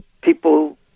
people